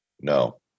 No